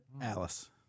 alice